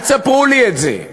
אל תספרו לי את זה.